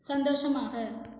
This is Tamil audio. சந்தோஷமாக